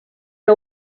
que